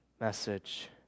message